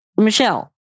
Michelle